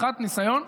אחת, אחת, ניסיון.